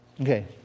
Okay